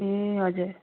ए हजुर